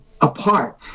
apart